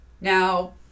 Now